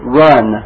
run